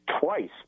twice